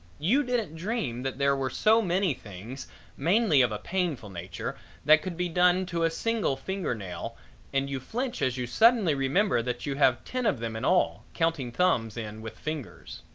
you didn't dream that there were so many things mainly of a painful nature that could be done to a single finger nail and you flinch as you suddenly remember that you have ten of them in all, counting thumbs in with fingers.